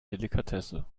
delikatesse